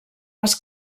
les